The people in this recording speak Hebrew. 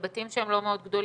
בבתים שהם לא מאוד גדולים,